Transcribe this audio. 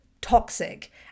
toxic